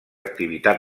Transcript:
activitat